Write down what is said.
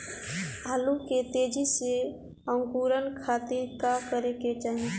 आलू के तेजी से अंकूरण खातीर का करे के चाही?